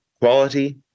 quality